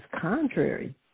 contrary